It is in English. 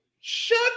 shut